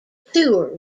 tour